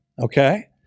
okay